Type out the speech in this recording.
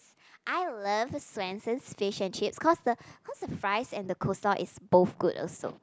I love Swensen's fish and chips cause the cause the fries and the coleslaw is both good also